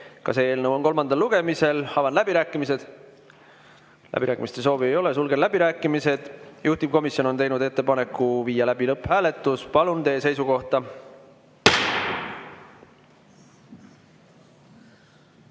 eelnõu 761 kolmas lugemine. Avan läbirääkimised. Läbirääkimiste soovi ei ole, sulgen läbirääkimised. Juhtivkomisjon on teinud ettepaneku viia läbi lõpphääletus. Palun teie seisukohta!